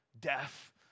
death